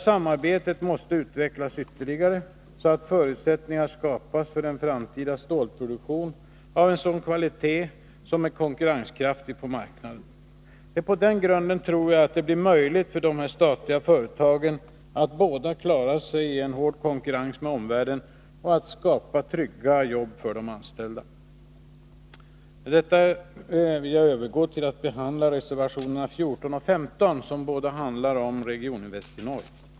Samarbetet måste utvecklas ytterligare, så att förutsättningar skapas för en framtida stålproduktion av sådan kvalitet att den är konkurrenskraftig på marknaden. På den grunden tror jag att det blir möjligt för dessa statliga företag både att klara sig i en hård konkurrens med omvärlden och att skapa trygga jobb för de anställda. Med detta vill jag övergå till att behandla reservationerna 14 och 15, som båda handlar om Regioninvest i Norr.